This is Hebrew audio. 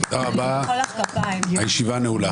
תודה רבה, הישיבה נעולה.